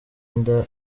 inda